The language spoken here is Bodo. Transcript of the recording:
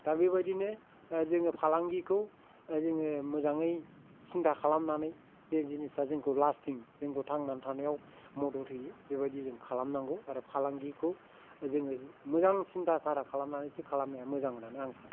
दा बेबायदिनो जोङो फालांगिखौ जोङो मोजाङै सिन्था खालामनानै जे जिनिसा जोंखौ लास्तिं जोंखौ थांनानै थानायाव मदद होयो बेबायदि जों खालामनांगौ आरो फालांगिखौ जोङो मोजां सिन्ता धारा खालामनानैसो खालामनाया मोजां होन्नानै आं सानो